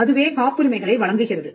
அதுவே காப்புரிமைகளை வழங்குகிறது